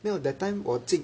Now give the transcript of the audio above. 没有 that time 我进